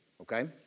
Okay